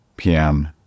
PM